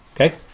okay